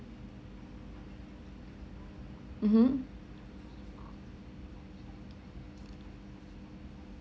mmhmm